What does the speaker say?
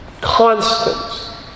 Constant